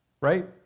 right